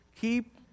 keep